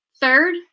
Third